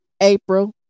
April